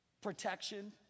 Protection